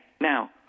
Now